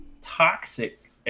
toxic